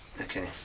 Okay